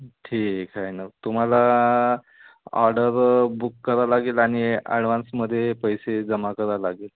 ठीक आहे न तुम्हाला ऑर्डर बुक करावं लागेल आणि ॲडवान्समध्ये पैसे जमा करावं लागेल